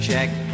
Check